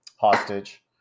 hostage